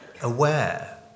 aware